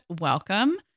welcome